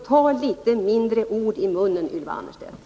Ta litet mindre ord i munnen, Ylva Annerstedt!